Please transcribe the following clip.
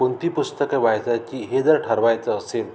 कोणती पुस्तकं वाचायची हे जर ठरवायचं असेल